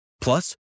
Plus